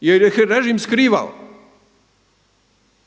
jer ih je režim skrivao